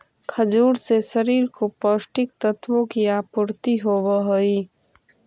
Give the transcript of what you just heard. खजूर से शरीर को पौष्टिक तत्वों की आपूर्ति होवअ हई